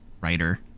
writer